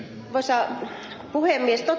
arvoisa puhemies